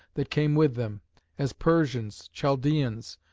that came with them as persians, chaldeans,